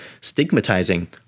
stigmatizing